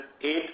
eight